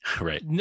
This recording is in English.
right